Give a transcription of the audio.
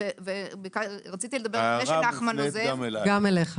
ההערה מופנית גם אלי.